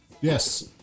Yes